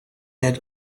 had